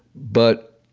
but